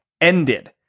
ended